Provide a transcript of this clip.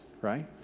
right